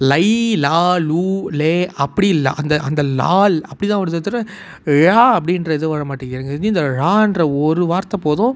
லை லா லூ லே அப்படி இல்லை அந்த அந்த லால் அப்படிதான் வருதே தவிர ழா அப்படின்றது வரமாட்டேங்கிது எனக்கு தெரிஞ்சு இந்த ழான்ற ஒரு வார்த்தை போதும்